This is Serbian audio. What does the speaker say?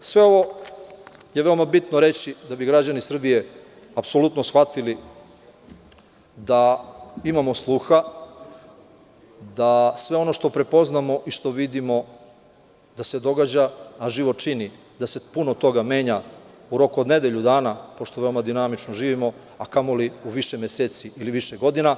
Sve ovo je veoma bitno reći da bi građani Srbije apsolutno shvatili da imamo sluha, da sve ono što prepoznamo i što vidimo da se događa, a život čini da se puno toga menja u roku od nedelju dana pošto veoma dinamično živimo, a kamoli u više meseci ili više godina,